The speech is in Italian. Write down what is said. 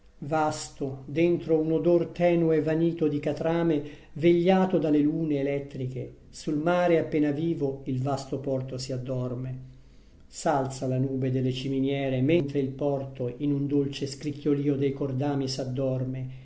vasto dentro un odor tenue vanito di catrame vegliato da le lune elettriche sul mare appena vivo il vasto porto si addorme s'alza la nube delle ciminiere mentre il porto in un dolce scricchiolìo dei cordami s'addorme